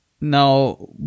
Now